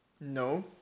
no